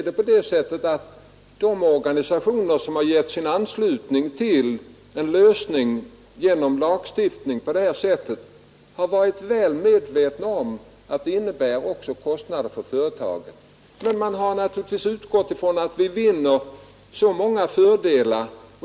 De organisationer som har gett sin anslutning till en lösning genom lagstiftning har säkerligen varit väl medvetna om att det också innebär kostnader för företagen, men de har naturligtvis utgått ifrån att vi vinner så många fördelar.